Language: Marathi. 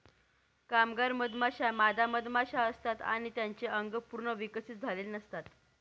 कामगार मधमाश्या मादा मधमाशा असतात आणि त्यांचे अंग पूर्ण विकसित झालेले नसतात